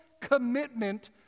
commitment